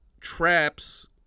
traps